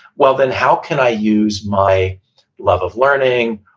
well then, how can i use my love of learning,